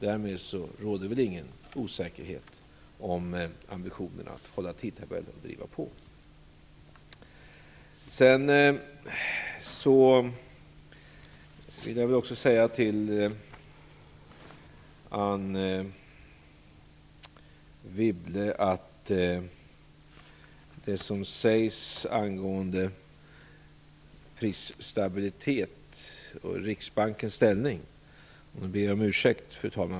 Därmed råder väl ingen osäkerhet om ambitionen att hålla tidtabellen och att driva på. Sedan till Anne Wibble. Det talas om prisstabilitet och Riksbankens ställning. Jag ber om ursäkt, fru talman!